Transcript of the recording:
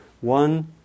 one